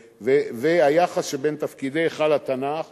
והיחס שבין תפקידי היכל התנ"ך